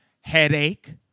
Headache